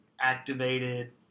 activated